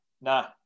nah